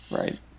Right